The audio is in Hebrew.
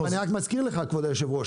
אז אני רק מזכיר לך כבוד היו"ר,